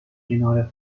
کنار